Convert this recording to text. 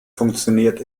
funktioniert